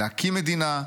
להקים מדינה,